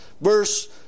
Verse